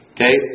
Okay